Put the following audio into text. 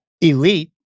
elite